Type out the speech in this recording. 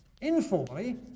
informally